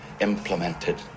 implemented